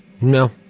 No